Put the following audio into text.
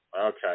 Okay